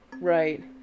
Right